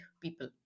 people